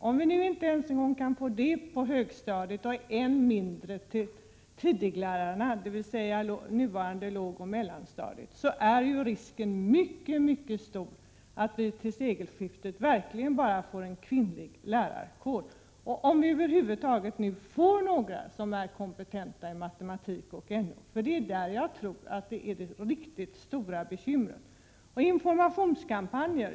Om vi nu inte ens kan få det på högstadiet, och än mindre på lågoch mellanstadiet, är risken mycket stor att vi till sekelskiftet får en helt kvinnlig lärarkår, om vi över huvud taget får några lärare som är kompetenta i matematik och NO. Det är där de riktigt stora bekymren finns. Utbildningsministern talar om informationskampanjer.